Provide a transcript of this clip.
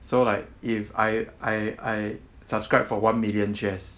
so like if I I I subscribed for one million shares